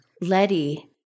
Letty